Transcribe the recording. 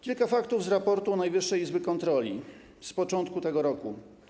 Kilka faktów z raportu Najwyższej Izby Kontroli z początku tego roku.